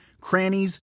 crannies